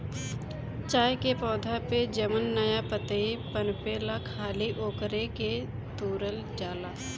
चाय के पौधा पे जवन नया पतइ पनपेला खाली ओकरे के तुरल जाला